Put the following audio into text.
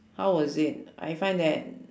how was it I find that